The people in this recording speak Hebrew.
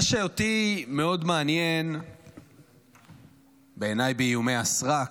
מה שאותי מאוד מעניין בעיניי באיומי הסרק